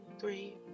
three